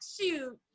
shoot